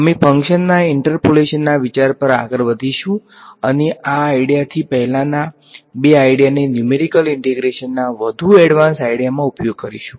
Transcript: અમે ફંક્શનના ઇન્ટરપોલેશનના વિચાર પર આગળ વધીશું અને આ આઈડીયાથી પહેલા બે આઈડીયાને ન્યુમેરીકલ ઈંટેગ્રેશનના વધુ એડવાન્સ આઈડીયામા ઉપયોગ કરીશું